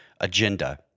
agenda